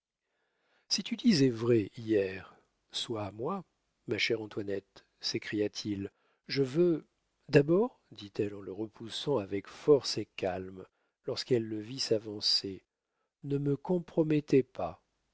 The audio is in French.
si tu disais vrai hier sois à moi ma chère antoinette s'écria-t-il je veux d'abord dit-elle en le repoussant avec force et calme lorsqu'elle le vit s'avancer ne me compromettez pas